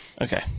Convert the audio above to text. Okay